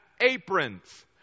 aprons